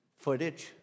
footage